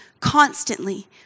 constantly